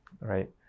Right